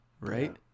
right